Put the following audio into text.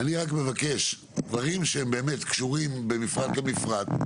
אני רק מבקש: דברים שבאמת קשורים בין מפרט למפרט,